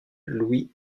louis